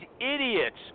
idiots